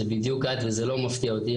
זה בדיוק את וזה לא מפתיע אותי,